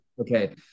Okay